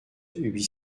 huit